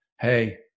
Hey